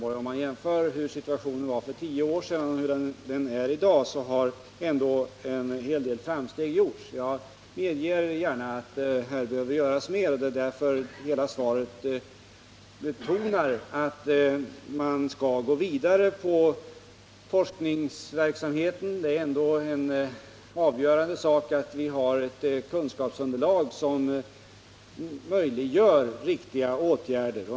Om man jämför situationen för tio år sedan med situationen i dag, så har en hel del framsteg gjorts. Jag medger gärna att det behövs fler åtgärder här. Därför betonar jag hela tiden i mitt svar att vi skall gå vidare när det gäller forskningsverksamheten. Det avgörande är ju att vi har ett kunskapsunderlag som möjliggör riktiga åtgärder.